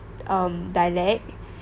um dialect